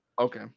Okay